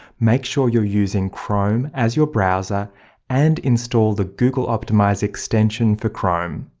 make sure you're using chrome as your browser and install the google optimize extension for chrome.